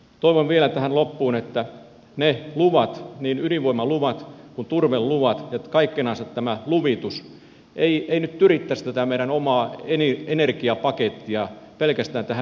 toivon vielä tähän loppuun että ne luvat niin ydinvoimaluvat kuin turveluvat ja kaikkinensa tämä luvitus ei nyt tyrittäisi tätä meidän omaa energiapakettia pelkästään näihin viranomais ja lupakäytäntöihin